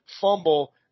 fumble